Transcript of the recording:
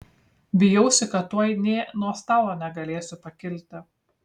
bijausi kad tuoj nė nuo stalo negalėsiu pakilti